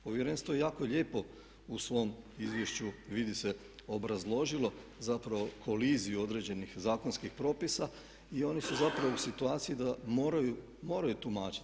Povjerenstvo je jako lijepo u svom izvješću, vidi se obrazložilo zapravo koliziju određenih zakonskih propisa i oni su zapravo u situaciji da moraju, moraju tumačiti.